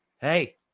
Hey